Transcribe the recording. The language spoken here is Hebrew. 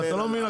אתה לא מבין?